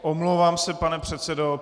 Omlouvám se, pane předsedo.